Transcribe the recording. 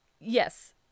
yes